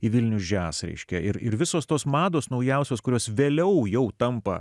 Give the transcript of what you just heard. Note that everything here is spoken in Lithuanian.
vilnius jazz reiškia ir ir visos tos mados naujausios kurios vėliau jau tampa